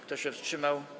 Kto się wstrzymał?